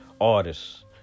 artists